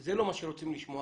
זה לא מה שרוצים לשמוע.